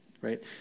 right